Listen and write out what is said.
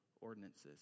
ordinances